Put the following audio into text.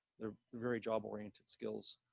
they're very job oriented skills.